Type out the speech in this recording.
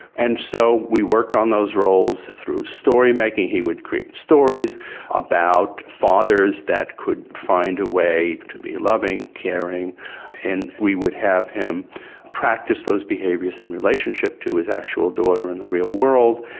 and so we worked on those roles through story making, he would create stories about fathers that could find a way to be loving, caring and we would have him practise those behaviours in relationship to his actual daughter in the real world.